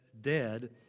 dead